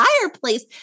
fireplace